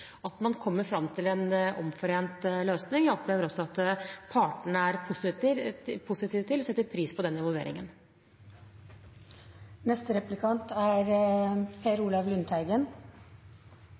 at man kommer fram til en omforent løsning. Jeg opplever også at partene er positive til og setter pris på den involveringen. Flerbruksfartøy er